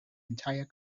entire